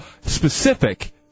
specific